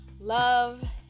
love